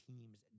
teams